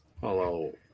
Hello